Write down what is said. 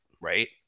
right